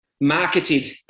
marketed